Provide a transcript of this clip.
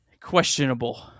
questionable